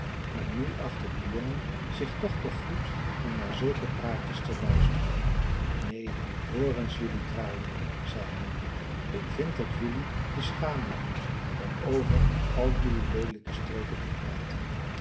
maar nu achtte de jongen zich toch te goed om naar zulke praatjes te luisteren neen hoor eens jelui kraaien zei hij ik vind dat jelui je schamen moest om over al jelui leelijke streken te praten